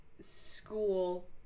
school